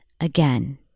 Again